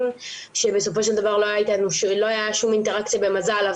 שבסופו של דבר לא היה שום אינטראקציה במזל,